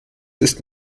ist